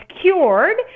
cured